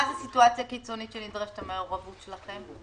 מה זו סיטואציה קיצונית שנדרשת המעורבות שלכם?